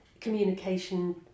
communication